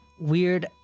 weird